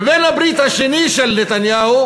ובעל-הברית השני של נתניהו